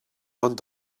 ond